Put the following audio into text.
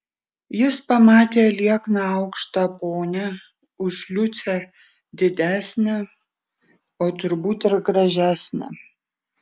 jis pamatė liekną aukštą ponią už liucę didesnę o turbūt ir gražesnę